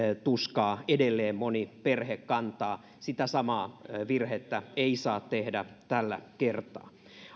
tuskaa edelleen moni perhe kantaa sitä samaa virhettä ei saa tehdä tällä kertaa